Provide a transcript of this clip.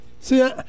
See